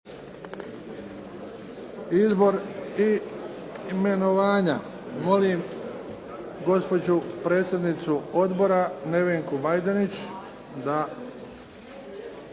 Izbor i imenovanja. Molim gospođu predsjednicu odbora, Nevenku Majdenić, da